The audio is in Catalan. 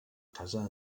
casa